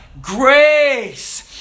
Grace